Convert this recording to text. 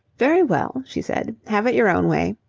very well, she said. have it your own way.